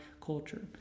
culture